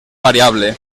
variable